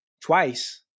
twice